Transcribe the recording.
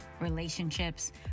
relationships